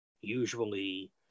usually